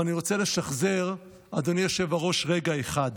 אבל אני רוצה לשחזר, אדוני היושב-ראש, רגע אחד,